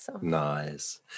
Nice